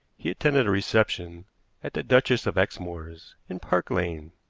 he attended a reception at the duchess of exmoor's, in park lane.